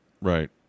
Right